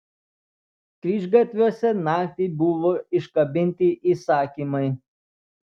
kryžgatviuose naktį buvo iškabinti įsakymai